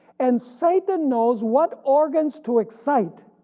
and satan knows what organs to excite